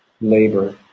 labor